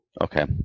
Okay